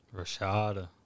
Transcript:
Rashada